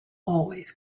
always